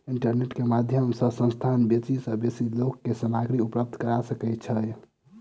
internet के माध्यम सॅ संस्थान बेसी सॅ बेसी लोक के सामग्री उपलब्ध करा सकै छै